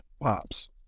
pops